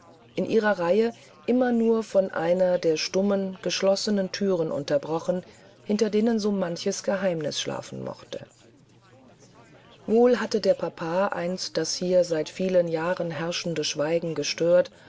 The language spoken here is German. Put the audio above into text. in ihrer reihe immer nur von einer der stummen geschlossenen thüren unterbrochen hinter denen so manches geheimnis schlafen mochte wohl hatte der papa einst das hier seit vielen jahren herrschende schweigen gestört